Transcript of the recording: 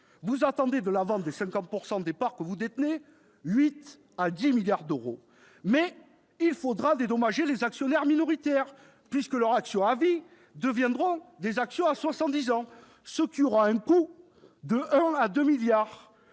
Vous attendez, de la vente des 50 % de parts que vous détenez, 8 à 10 milliards d'euros. Mais il faudra dédommager les actionnaires minoritaires, puisque leurs actions à vie vont devenir des actions à soixante-dix ans, ce qui aura un coût de 1 à 2 milliards